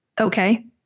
Okay